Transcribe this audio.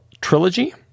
trilogy